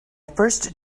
first